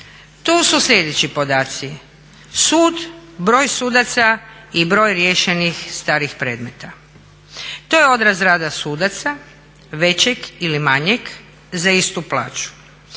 tu su sljedeći podaci: sud, broj sudaca i broj riješenih starih predmeta. To je odraz rada sudaca većeg ili manjeg za istu plaću.